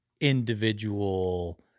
individual—